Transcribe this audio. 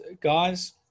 guys